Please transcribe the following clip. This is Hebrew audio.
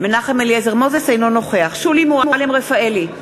אינו נוכח שולי מועלם-רפאלי,